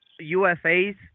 UFAs